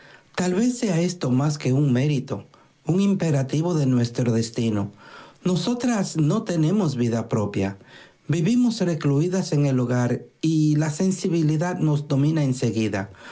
tal vez sea esto más que un mérito un imperativo de nuestro destino nosotras no tenemos vida propia vivimos recluidas en el hogar y la sensibilidad nos domina en seguida